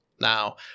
Now